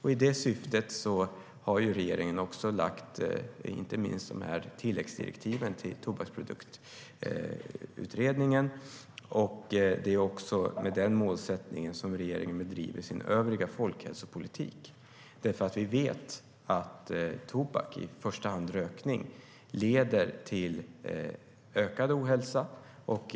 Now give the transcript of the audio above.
I det syftet har regeringen lagt fram inte minst tilläggsdirektiven till tobaksproduktsutredningen, och det är också med den målsättningen regeringen bedriver sin övriga folkhälsopolitik. Vi vet nämligen att tobak, i första hand rökning, leder till ökad ohälsa.